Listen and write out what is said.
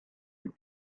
were